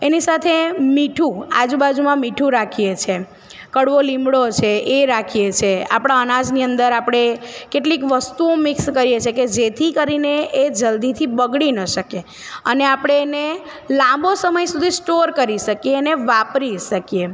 એની સાથે મીઠું આજુબાજુમાં મીઠું રાખીએ છીએ એમ કડવો લીંબડો છે એ રાખીએ છીએ આપણા અનાજની અંદર આપણે કેટલીક વસ્તુઓ મિક્સ કરી છીએ કે જેથી કરીને એ જલ્દીથી બગડી ન શકે અને આપણે એને લાંબો સમય સુધી સ્ટોર કરી શકીએ એને વાપરી શકીએ